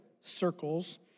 circles